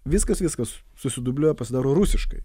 viskas viskas susidubliuoja pasidaro rusiškai